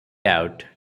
out